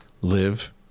Live